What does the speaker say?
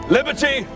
Liberty